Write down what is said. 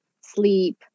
sleep